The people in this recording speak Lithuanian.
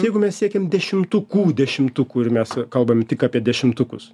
jeigu mes siekiam dešimtukų dešimtukų ir mes kalbam tik apie dešimtukus